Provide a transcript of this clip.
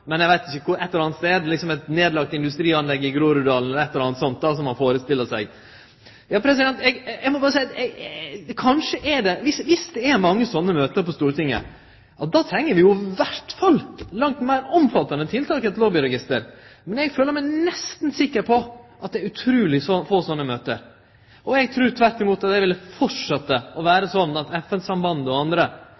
men til ein eller annan stad – eg veit ikkje, men eit nedlagt industrianlegg i Groruddalen eller noko slikt kan ein førestelle seg. Eg må berre seie at dersom det er mange slike møte på Stortinget, då treng vi i alle fall langt meir omfattande tiltak enn eit lobbyregister. Men eg føler meg nesten sikker på at det er utruleg få slike møte. Eg trur tvert imot det vil fortsetje å vere